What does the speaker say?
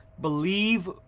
believe